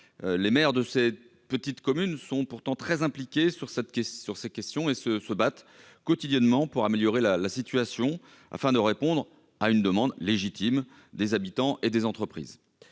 Les maires de ces petites communes sont très investis sur cette question et se battent quotidiennement pour améliorer la situation afin de répondre à une demande légitime des habitants et des entreprises.